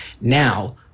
Now